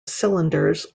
cylinders